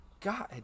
God